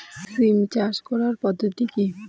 সিম চাষ করার পদ্ধতি কী?